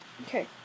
Okay